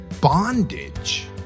bondage